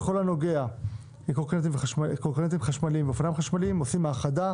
בכל הנוגע לקורקינטים חשמליים ואופניים חשמליים עושים האחדה,